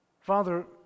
Father